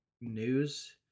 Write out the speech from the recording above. news